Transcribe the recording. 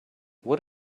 what